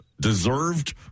deserved